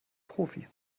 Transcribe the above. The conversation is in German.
profi